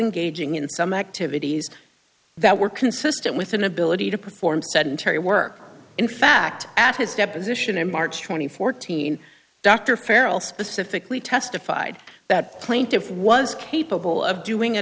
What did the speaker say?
engaging in some activities that were consistent with inability to perform sedentary work in fact at his deposition in march two thousand and fourteen dr farrel specifically testified that plaintiff was capable of doing a